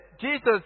Jesus